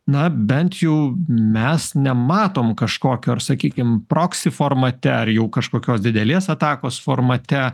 na bent jau mes nematom kažkokio ar sakykime proksi formate ar jau kažkokios didelės atakos formate